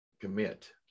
commit